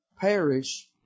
perish